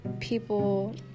people